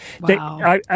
Wow